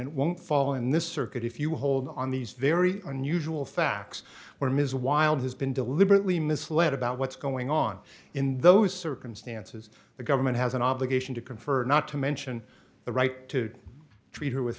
it won't fall in this circuit if you hold on these very unusual facts where ms wilde has been deliberately misled about what's going on in those circumstances the government has an obligation to confer not to mention the right to treat her with